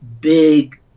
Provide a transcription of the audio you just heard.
big